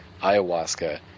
ayahuasca